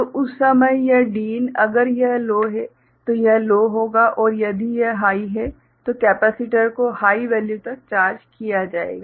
तो उस समय यह Din अगर यह लो है तो यह लो होगा और यदि यह हाइ है तो कैपेसिटर को हाइ वैल्यू तक चार्ज किया जाएगा